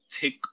thick